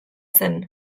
zen